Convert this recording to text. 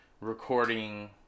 recording